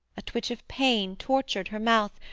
a twitch of pain tortured her mouth,